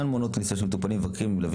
16. למה אנחנו לא מקריאים?